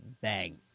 bang